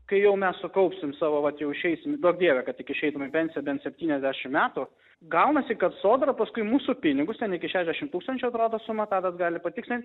kai jau mes sukaupsim savo vat jau išeisim duok dieve kad tik išeitum į pensiją bent septyniasdešim metų gaunasi kad sodra paskui mūsų pinigus ten iki šešiasdešim tūkstančių atrodo suma tadas gali patikslint